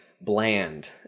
bland